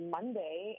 Monday